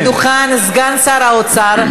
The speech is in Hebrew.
עלה לדוכן סגן שר האוצר,